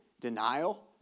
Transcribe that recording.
Denial